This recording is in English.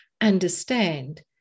understand